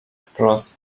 wprost